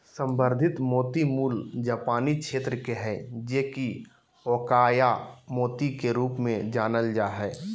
संवर्धित मोती मूल जापानी क्षेत्र के हइ जे कि अकोया मोती के रूप में भी जानल जा हइ